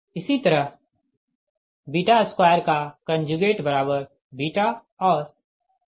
इसी तरह 2β और 31